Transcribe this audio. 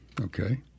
Okay